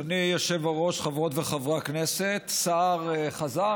אדוני היושב-ראש, חברות וחברי הכנסת, השר חזר?